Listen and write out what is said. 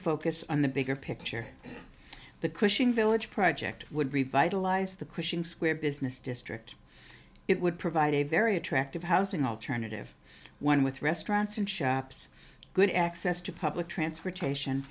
focus on the bigger picture the cushing village project would revitalize the christians we have business district it would provide a very attractive housing alternative one with restaurants and shops good access to public transportation